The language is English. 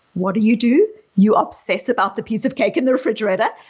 what do you do? you obsess about the piece of cake in the refrigerator.